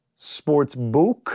Sportsbook